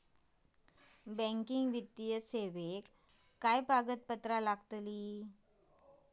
Banking वित्तीय सेवाक काय कागदपत्र लागतत?